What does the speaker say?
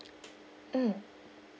mm